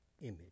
image